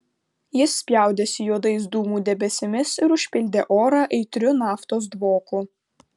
jis spjaudėsi juodais dūmų debesimis ir užpildė orą aitriu naftos dvoku